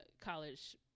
college